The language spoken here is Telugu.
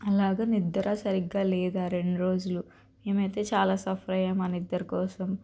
అలాగ నిద్ర సరిగ్గా లేదా రెండు రోజులు మేమయితే చాలా సఫర్ అయ్యాము ఆ నిద్దర కోసము